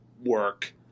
work